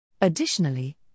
Additionally